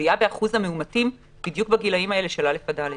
עלייה באחוז המאומתים בדיוק בגילאים האלה של א'-ד'.